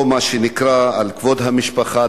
או מה שנקרא על כבוד המשפחה,